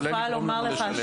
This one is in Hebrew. כולל לגרום לנו לשלם.